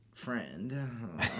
friend